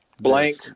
blank